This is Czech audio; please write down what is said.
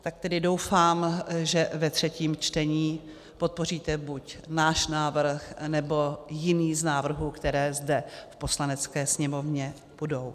Tak tedy doufám, že ve třetím čtení podpoříte buď náš návrh, nebo jiný z návrhů, které zde v Poslanecké sněmovně budou.